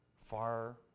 far